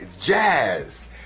jazz